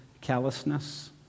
callousness